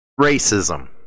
racism